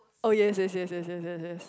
oh yes yes yes yes yes yes yes